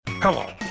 Hello